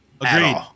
Agreed